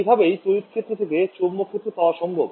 এভাবেই তড়িৎ ক্ষেত্র থেকে চৌম্বক ক্ষেত্র পাওয়া সম্ভব